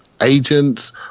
Agents